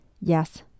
Yes